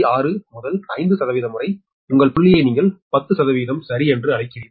6 முதல் 5 வரை உங்கள் புள்ளியை நீங்கள் 10 சரி என்று அழைக்கிறீர்கள்